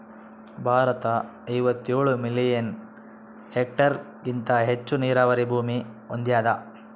ಭಾರತ ಐವತ್ತೇಳು ಮಿಲಿಯನ್ ಹೆಕ್ಟೇರ್ಹೆಗಿಂತ ಹೆಚ್ಚು ನೀರಾವರಿ ಭೂಮಿ ಹೊಂದ್ಯಾದ